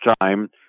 time